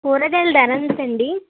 కూరగాయలు ధరెంత అండి